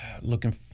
Looking